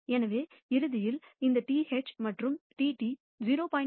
எனவே இறுதியில் இந்த TH மற்றும் TT 0